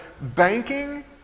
banking